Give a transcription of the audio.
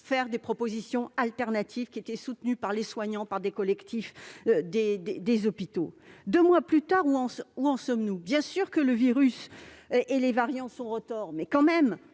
formuler des propositions alternatives qui étaient soutenues par les soignants et par des collectifs des hôpitaux. Deux mois plus tard, où en sommes-nous ? Certes, le virus et les variants sont retors, mais plusieurs